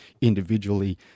individually